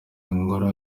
angola